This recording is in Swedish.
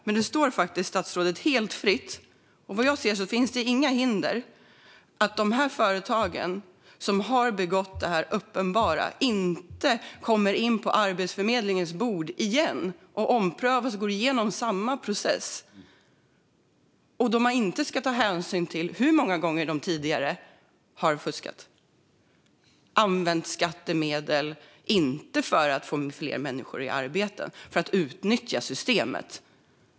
Men det står faktiskt statsrådet helt fritt - vad jag ser finns det inga hinder för det - att se till att företagen som begått de här uppenbara felen inte kommer in på Arbetsförmedlingens bord igen och omprövas och går igenom samma process - där man då inte ska ta hänsyn till hur många gånger tidigare de fuskat och använt skattemedel, inte för att få fler människor i arbete utan för att utnyttja systemet.